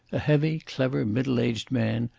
a heavy, clever, middle-aged man,